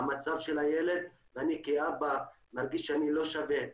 המצב של הילד ואני כאבא מרגיש שאני לא שווה,